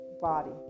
body